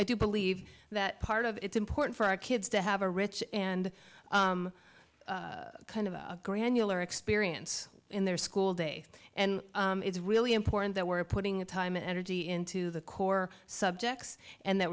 i do believe that part of it's important for our kids to have a rich and kind of a granular experience in their school day and it's really important that we're putting a time and energy into the core subjects and that